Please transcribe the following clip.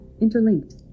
Interlinked